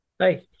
Hi